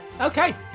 Okay